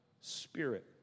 spirit